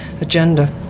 agenda